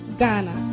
Ghana